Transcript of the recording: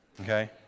okay